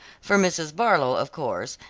for mrs. barlow, of course,